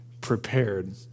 prepared